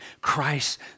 Christ